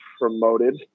promoted